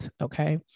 okay